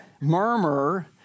murmur